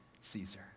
Caesar